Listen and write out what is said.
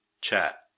Chat